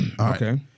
Okay